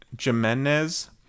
Jimenez